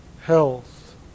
health